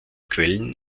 quellen